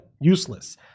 useless